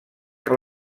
que